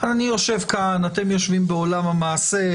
- אני יושב כאן ואתם יושבים בעולם המעשה,